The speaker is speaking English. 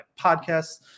podcasts